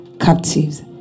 captives